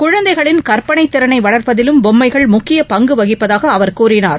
குழந்தைகளின் கற்பனை திறனை வள்ப்பதிலும் பொம்மைகள் முக்கிய பங்கு வகிப்பதாக அவர் கூறினார்